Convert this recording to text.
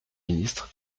ministre